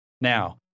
Now